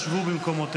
אנא שבו במקומותיכם.